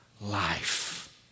life